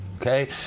okay